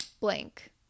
blank